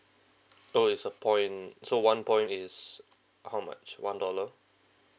oh is a point so one point is how much one dollar